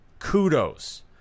kudos